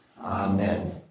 Amen